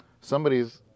somebody's